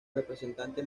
representantes